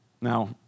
Now